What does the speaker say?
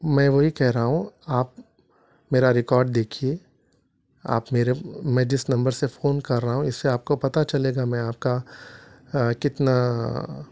میں وہی کہہ رہا ہوں آپ میرا ریکارڈ دیکھیے آپ میرے میں جس نمبر سے فون کر رہا ہوں اس سے آپ کو پتا چلے گا میں آپ کا کتنا